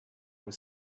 was